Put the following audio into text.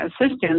assistance